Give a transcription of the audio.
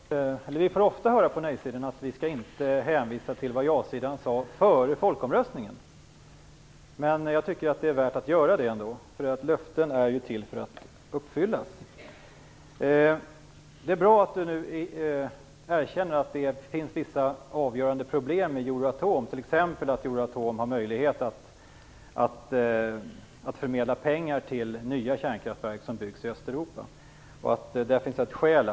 Herr talman! Vi från nej-sidan får ofta höra att vi inte skall hänvisa till vad ja-sidan sade före folkomröstningen. Jag tycker att det är värt att göra det ändå. Löften är till för att uppfyllas. Det är bra att Lennart Daléus nu erkänner att det finns vissa avgörande problem med Euratom, t.ex. att Euratom har möjlighet att förmedla pengar till nya kärnkraftverk som byggs i Östeuropa. Där finns ett skäl.